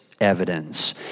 evidence